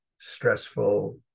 stressful